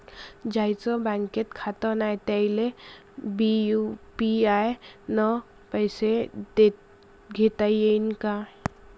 ज्याईचं बँकेत खातं नाय त्याईले बी यू.पी.आय न पैसे देताघेता येईन काय?